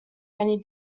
many